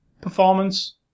performance